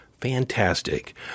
Fantastic